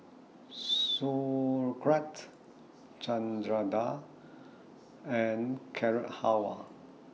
Sauerkraut Chana Dal and Carrot Halwa